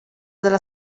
della